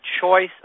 choice